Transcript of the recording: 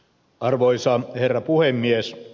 arvoisa herra puhemies